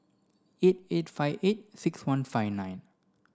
eight eight five eight six one five nine